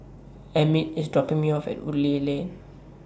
Emmitt IS dropping Me off At Woodleigh Lane